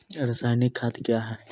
रसायनिक खाद कया हैं?